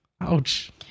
Ouch